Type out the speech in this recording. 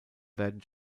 werden